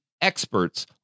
experts